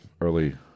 early